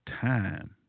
time